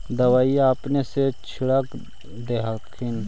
दबइया अपने से छीरक दे हखिन?